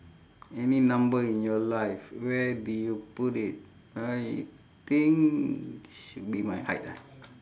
any number in your life where do you put in I think should be my height ah